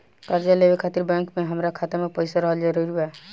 कर्जा लेवे खातिर बैंक मे हमरा खाता मे पईसा रहल जरूरी बा?